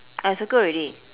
I circle already